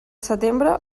setembre